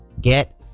get